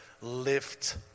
lift